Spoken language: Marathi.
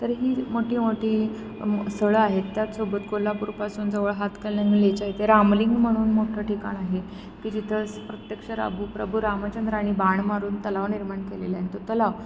तर ही मोठी मोठी स्थळं आहेत त्याचसोबत कोल्हापूरपासून जवळ हातकणंगलेच्या इथे रामलिंग म्हणून मोठं ठिकाण आहे की जिथंच प्रत्यक्ष राबु प्रभु रामचंद्रानी बाण मारून तलाव निर्माण केलेला आहे तो तलाव